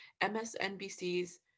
MSNBC's